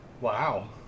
wow